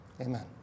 Amen